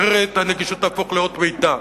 אחרת הנגישות תהפוך לאות מתה.